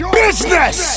business